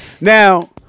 Now